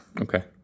Okay